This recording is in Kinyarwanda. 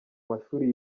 mashuri